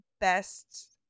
best